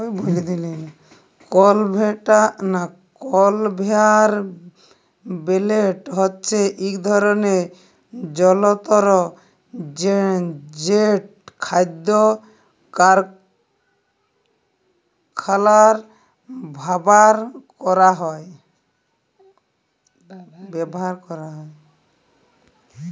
conveyor belt হছে ইক ধরলের জলতর যেট খাদ্য কারখালায় ব্যাভার ক্যরা হয়